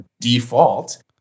default